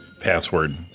password